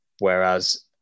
Whereas